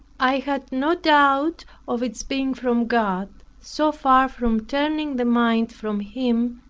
i had no doubt of its being from god so far from turning the mind from him,